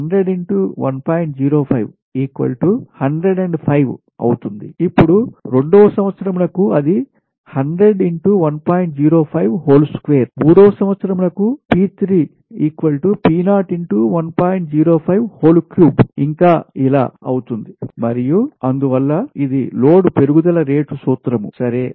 05 105 అవుతుంది ఇప్పుడు రెండవ సంవత్సరం నకు అది మూడవ సంవత్సరం నకు ఇంకా ఇలా అవుతుంది మరియు అందువల్ల ఇది లోడ్ పెరుగుదల రేటు సూత్రం సరే